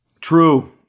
True